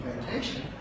plantation